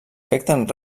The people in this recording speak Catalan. afecten